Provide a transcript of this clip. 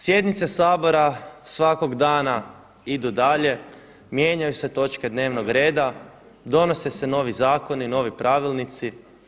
Sjednice Sabora svakog dana idu dalje, mijenjaju se točke dnevnog reda, donose se novi zakoni, novi pravilnici.